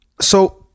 So-